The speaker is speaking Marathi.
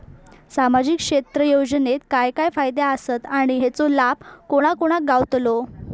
सामजिक क्षेत्र योजनेत काय काय फायदे आसत आणि हेचो लाभ कोणा कोणाक गावतलो?